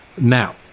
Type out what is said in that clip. Now